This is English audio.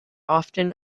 often